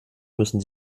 müssen